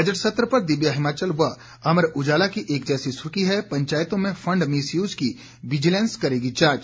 budget सत्र पर दिव्य हिमाचल व अमर उजाला की एक जैसी सुर्खी है पंचायतों में फंड मिसयूज की विजिलेंस करेगी जांच